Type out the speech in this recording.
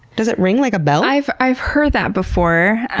does it ring like a bell? i've i've heard that before.